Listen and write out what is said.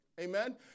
amen